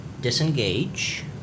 disengage